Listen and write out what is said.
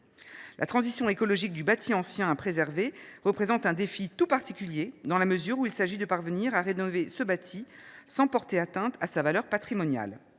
La transition écologique du bâti ancien à préserver représente un défi tout particulier, dans la mesure où il s’agit de rénover ce bâti sans porter atteinte à sa valeur patrimoniale.